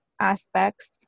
aspects